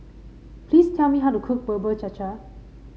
please tell me how to cook Bubur Cha Cha